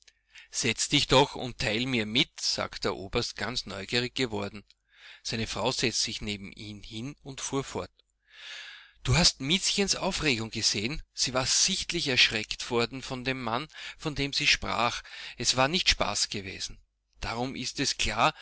setz dich doch und teil mir ihn mit sagte der oberst ganz neugierig geworden seine frau setzte sich neben ihn hin und fuhr fort du hast miezchens aufregung gesehen sie war sichtlich erschreckt worden von dem mann von dem sie sprach es war nicht spaß gewesen darum ist es